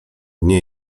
nie